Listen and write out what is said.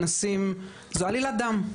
זו עלילת דם,